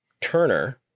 Turner